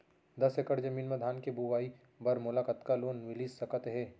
दस एकड़ जमीन मा धान के बुआई बर मोला कतका लोन मिलिस सकत हे?